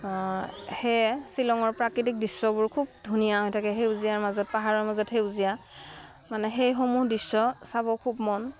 সেয়ে শ্বিলঙৰ প্ৰাকৃতিক দৃশ্যবোৰ খুব ধুনীয়া হৈ থাকে সেউজীয়াৰ মাজত পাহাৰৰ মাজত সেউজীয়া মানে সেইসমূহ দৃশ্য চাব খুব মন